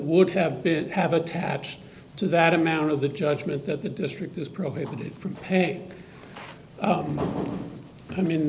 would have been have attached to that amount of the judgment that the district is prohibited from paying up i mean